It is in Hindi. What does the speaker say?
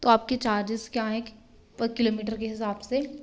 तो आपके चार्जेस क्या हैं किलोमीटर के हिसाब से